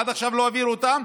עד עכשיו לא העבירו אותם.